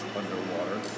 underwater